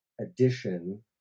addition